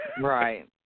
right